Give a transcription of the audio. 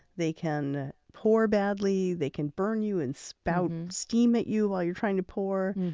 they can pour badly. they can burn you and spout and steam at you while you're trying to pour.